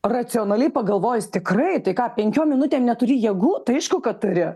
racionaliai pagalvojus tikrai tai ką penkiom minutėm neturi jėgų tai aišku kad turi